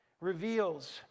reveals